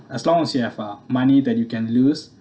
as long as you have uh money that you can lose